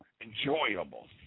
enjoyable